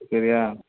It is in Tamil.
சரியா